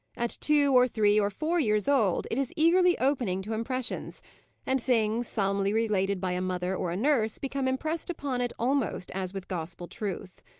at two, or three, or four years old, it is eagerly opening to impressions and things, solemnly related by a mother or a nurse, become impressed upon it almost as with gospel truth.